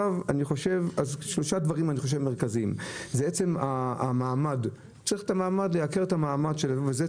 יש שלושה דברים מרכזיים: צריך לשפר את המעמד של הנהג,